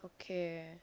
Okay